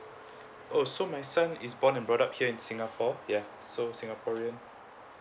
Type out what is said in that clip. oh so my son is born and brought up here in singapore yeah so singaporean